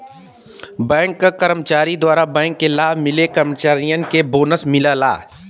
bank क कर्मचारी द्वारा बैंक के लाभ मिले कर्मचारियन के बोनस मिलला